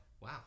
Wow